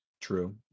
True